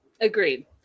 agreed